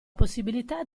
possibilità